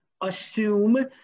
assume